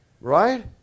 right